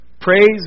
praise